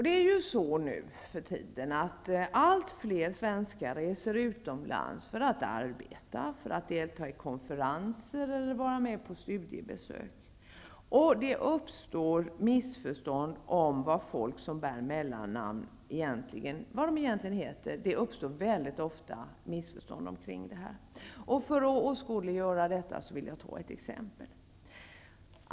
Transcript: Det är ju så nu för tiden att allt fler svenskar reser utomlands för att arbeta, för att delta i konferenser eller för att vara med på studiebesök, och det uppstår ofta missförstånd om vad folk som bär mellannamn egentligen heter. För att åskådliggöra detta vill jag ta ett exempel.